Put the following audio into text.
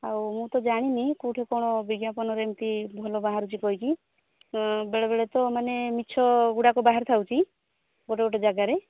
ଆଉ ମୁଁ ତ ଜାଣିନି କେଉଁଠି କ'ଣ ବିଜ୍ଞାପନରେ ଏମିତି ଭଲ ବାହାରୁଛି କହିକି ବେଳେବେଳେ ତ ମାନେ ମିଛ ଗୁଡ଼ାକ ବାହାରି ଯାଉଛି ଗୋଟେ ଗୋଟେ ଜାଗାରେ